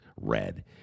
red